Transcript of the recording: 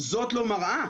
זאת לא מראה.